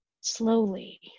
slowly